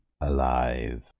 alive